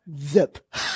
zip